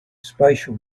spatial